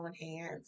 hands